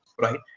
right